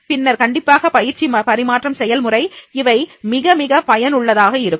பின்னர் கண்டிப்பாக பயிற்சி பரிமாற்றம் செயல்முறை இவை மிக மிக பயனுள்ளதாக இருக்கும்